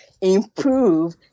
improve